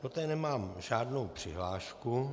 Do té nemám žádnou přihlášku.